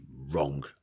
wrong